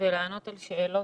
אנחנו בישיבת מעקב,